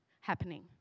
happening